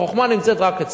החוכמה נמצאת רק אצלם.